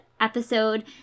episode